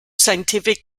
scientific